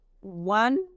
one